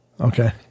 Okay